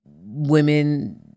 women